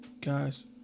Guys